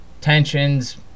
tensions